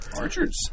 Archers